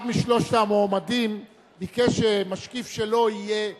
אחד משלושת המועמדים ביקש שמשקיף שלו יהיה בקלפי,